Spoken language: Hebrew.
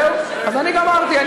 אני גמרתי.